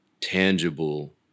tangible